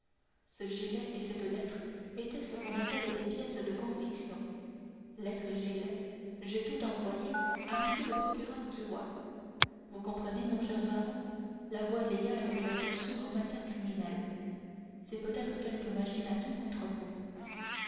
ce gilet et cette lettre étaient ce qu'on appelle des pièces de conviction lettre et gilet j'ai tout envoyé à m le procureur du roi vous comprenez mon cher baron la voie légale est la plus sûre en matière criminelle c'était peut-être quelque machination contre vous